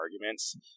arguments